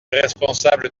responsable